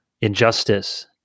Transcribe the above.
injustice